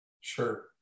Sure